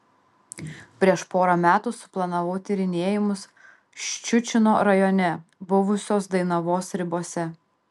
prieš porą metų suplanavau tyrinėjimus ščiučino rajone buvusios dainavos ribose